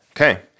Okay